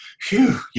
phew